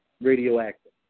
Radioactive